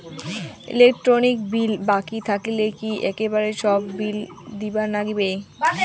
Electric bill বাকি থাকিলে কি একেবারে সব বিলে দিবার নাগিবে?